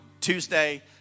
Tuesday